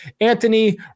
Anthony